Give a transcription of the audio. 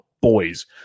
boys